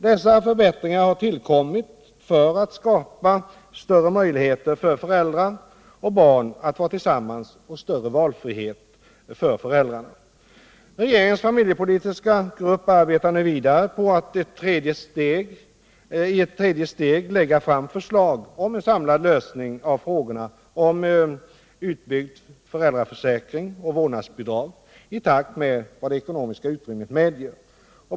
Dessa förbättringar har tillkommit för att skapa större möjligheter för föräldrar och barn att vara tillsammans och större valfrihet för föräldrarna. Regeringens familjepolitiska grupp arbetar nu vidare på att i ett tredje steg lägga fram förslag om en samlad lösning av frågorna om utbyggd föräldraförsäkring och vårdnadsbidrag i takt med vad det ekonomiska utrymmet medger.